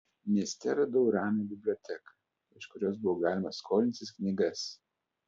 mieste radau ramią biblioteką iš kurios buvo galima skolintis knygas